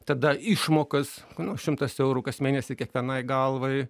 tada išmokas nu šimtas eurų kas mėnesį kiekvienai galvai